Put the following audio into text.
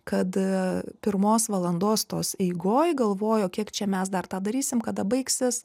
kad pirmos valandos tos eigoj galvojo kiek čia mes dar tą darysim kada baigsis